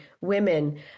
women